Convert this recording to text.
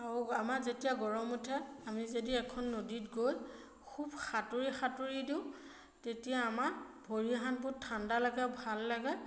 আৰু আমাৰ যেতিয়া গৰম উঠে আমি যদি এখন নদীত গৈ খুব সাঁতুৰি সাঁতুৰি দিওঁ তেতিয়া আমাৰ ভৰি হাতবোৰ ঠাণ্ডা লাগে ভাল লাগে